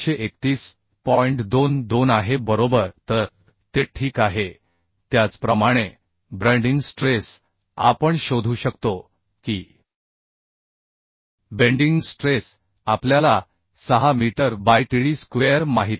22 आहे बरोबर तर ते ठीक आहे त्याचप्रमाणे ब्रँडिंग स्ट्रेस आपण शोधू शकतो की बेंडिंग स्ट्रेस आपल्याला 6 मीटर बायTd स्क्वेअर माहित आहे